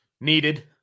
Needed